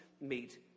meet